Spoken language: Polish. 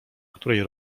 której